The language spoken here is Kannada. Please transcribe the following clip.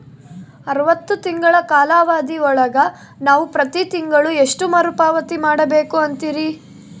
ಅರವತ್ತು ತಿಂಗಳ ಕಾಲಾವಧಿ ಒಳಗ ನಾವು ಪ್ರತಿ ತಿಂಗಳು ಎಷ್ಟು ಮರುಪಾವತಿ ಮಾಡಬೇಕು ಅಂತೇರಿ?